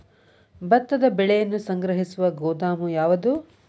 ಭತ್ತದ ಬೆಳೆಯನ್ನು ಸಂಗ್ರಹಿಸುವ ಗೋದಾಮು ಯಾವದು?